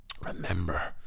remember